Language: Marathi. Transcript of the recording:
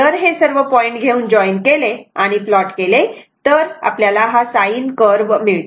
जर हे सर्व पॉईंट घेऊन जॉईन केले आणि प्लॉट केले तर हा साईन कर्व्ह मिळतो